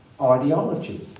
ideology